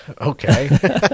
Okay